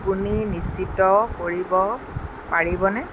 আপুনি নিশ্চিত কৰিব পাৰিবনে